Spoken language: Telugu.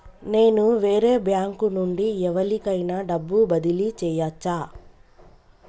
నేను వేరే బ్యాంకు నుండి ఎవలికైనా డబ్బు బదిలీ చేయచ్చా?